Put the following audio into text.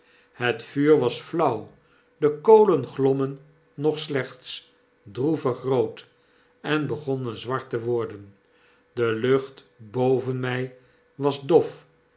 het vuur was flauw de kolen glommen nog slechts droevig rood en begonnen zwart te worden de lucht boyen my was dof